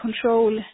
control